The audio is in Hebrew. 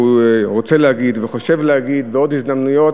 רוצה להגיד וחושב להגיד בעוד הזדמנויות.